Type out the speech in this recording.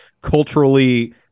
culturally